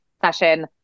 session